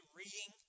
reading